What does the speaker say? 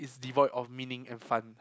it's devoid of meaning and fun